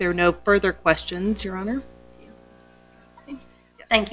there are no further questions your honor